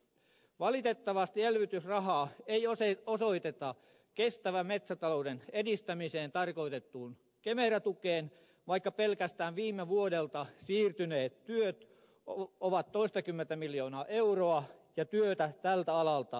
valitettavasti elvytysrahaa ei osoiteta kestävän metsätalouden edistämiseen tarkoitettuun kemera tukeen vaikka pelkästään viime vuodelta siirtyneet työt ovat toistakymmentä miljoonaa euroa ja työtä tältä alalta löytyisi